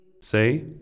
Say